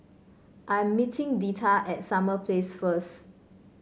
I am meeting Deetta at Summer Place first